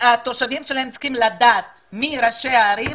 התושבים שלהם צריכים לדעת מי ראשי הערים.